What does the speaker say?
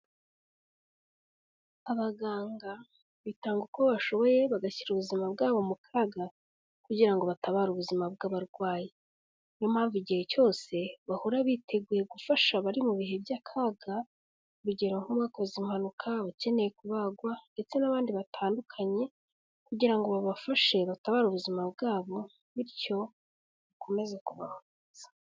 Abaganga bitanga uko bashoboye, bagashyira ubuzima bwabo mu kaga, kugira ngo batabare ubuzima bw'abarwayi. Ni yo mpamvu igihe cyose bahora biteguye gufasha abari mu bihe by'akaga, urugero nk'abakoze impanuka, abakeneye kubagwa ndetse n'abandi batandukanye, kugira ngo babafashe, batabara ubuzima bwabo bityo bakomeze kubaho.